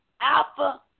Alpha